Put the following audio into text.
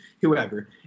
whoever